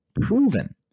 proven